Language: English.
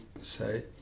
say